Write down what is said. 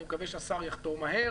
אני מקווה שהשר יחתום מהר